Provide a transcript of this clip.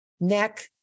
neck